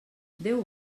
déu